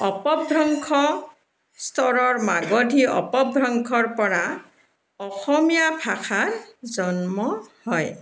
অপভ্ৰংশ স্তৰৰ মাগধী অপভ্ৰংশৰ পৰা অসমীয়া ভাষাৰ জন্ম হয়